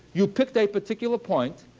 you picked a particular point.